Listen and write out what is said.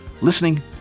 listening